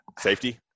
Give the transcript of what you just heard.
Safety